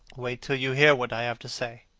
wait till you hear what i have to say.